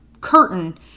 curtain